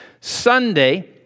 Sunday